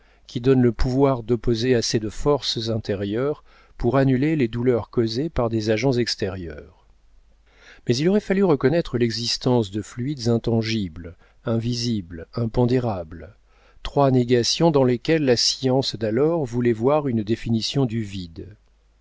qui donnent le pouvoir d'opposer assez de forces intérieures pour annuler les douleurs causées par des agents extérieurs mais il aurait fallu reconnaître l'existence de fluides intangibles invisibles impondérables trois négations dans lesquelles la science d'alors voulait voir une définition du vide